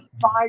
five